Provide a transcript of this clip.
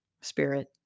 spirit